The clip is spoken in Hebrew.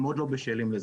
הם עוד לא בשלים לזה.